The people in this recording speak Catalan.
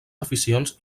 aficions